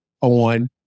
on